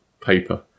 paper